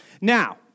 Now